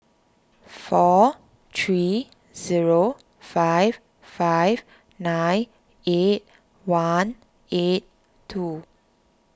four three zero five five nine eight one eight two